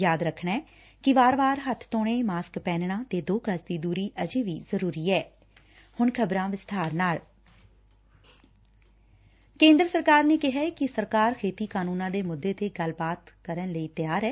ਯਾਦ ਰੱਖਣਾ ਏ ਕਿ ਵਾਰ ਵਾਰ ਹੱਬ ਧੋਣੇ ਮਾਸਕ ਪਹਿਨਣਾ ਤੇ ਦੋ ਗਜ਼ ਦੀ ਦੁਰੀ ਅਜੇ ਵੀ ਜ਼ਰੁਰੀ ਹੈ ਕੇਦਰ ਸਰਕਾਰ ਨੇ ਕਿਹਾ ਕਿ ਸਰਕਾਰ ਖੇਡੀ ਕਾਨੂੰਨ ਦੇ ਮੁੱਦੇ ਤੇ ਗੱਲਬਾਤ ਕਰਨ ਲਈ ਤਿਆਰ ਏ